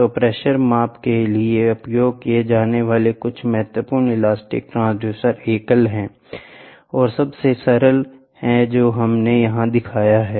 तो प्रेशर माप के लिए उपयोग किए जाने वाले कुछ महत्वपूर्ण इलास्टिक ट्रांसड्यूसर एकल हैं और सबसे सरल है जो हमने यहां दिखाया है